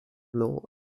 law